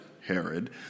Herod